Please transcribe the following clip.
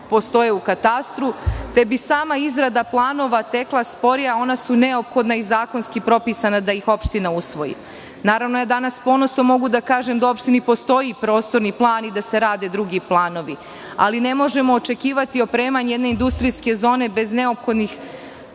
postoje u katastru, te bi sama izrada planova tekla sporije, a ona su neophodna i zakonski propisani da ih opština usvoji. Naravno, danas s ponosom mogu da kažem da u opštini postoji prostorni plan i da se rade drugi planovi. Ali, ne možemo očekivati opremanje jedne industrijske zone bez neophodne